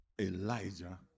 Elijah